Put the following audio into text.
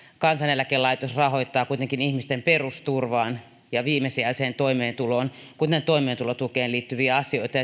kansaneläkelaitos rahoittaa kuitenkin ihmisten perusturvaan ja viimesijaiseen toimeentuloon kuten toimeentulotukeen liittyviä asioita